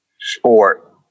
sport